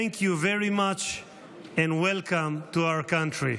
Thank you very much and welcome to our country.